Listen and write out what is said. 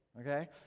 Okay